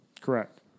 Correct